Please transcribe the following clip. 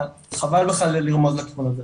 חבל בכלל לרמוז לכיוון הזה.